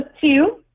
two